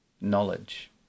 knowledge